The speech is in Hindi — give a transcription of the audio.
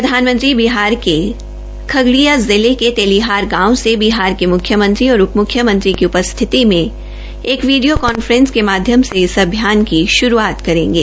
प्रधानमंत्री बिहार के खगडिया जिले के तेलिहार गांव से बिहार के मुख्यमंत्री और उप मुख्यमंत्री की उपस्थिति में एक वीडियो कांफ्रेस के माध्यम से इस अभियान की शुरूआत करेंगे